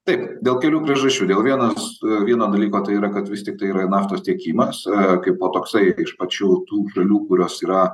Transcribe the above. taip dėl kelių priežasčių dėl vienas vieno dalyko tai yra kad vis tiktai yra naftos tiekimas kaipo toksai iš pačių tų šalių kurios yra